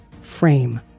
frame